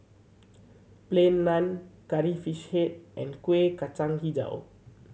Plain Naan Curry Fish Head and Kueh Kacang Hijau